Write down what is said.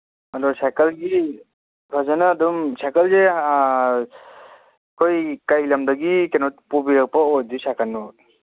ꯑꯗꯣ ꯁꯥꯏꯀꯜꯒꯤ ꯐꯖꯅ ꯑꯗꯨꯝ ꯁꯥꯏꯀꯜꯁꯦ ꯑꯩꯈꯣꯏ ꯀꯔꯤ ꯂꯝꯗꯒꯤ ꯀꯩꯅꯣ ꯄꯨꯕꯤꯔꯛꯄ ꯑꯣꯏꯗꯣꯏ ꯁꯥꯏꯀꯜꯅꯣ